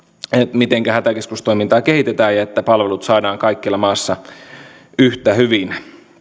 mitenkä hätäkeskustoimintaa kehitetään ja että palvelut saadaan kaikkialla maassa yhtä hyvin